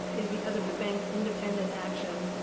is because of the bank's independent action,